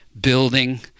building